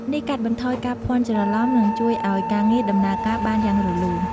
នេះកាត់បន្ថយការភ័ន្តច្រឡំ និងជួយឱ្យការងារដំណើរការបានយ៉ាងរលូន។